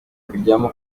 kujyamo